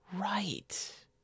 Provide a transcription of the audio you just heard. right